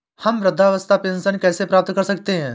हम वृद्धावस्था पेंशन कैसे प्राप्त कर सकते हैं?